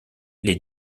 les